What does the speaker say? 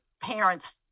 parents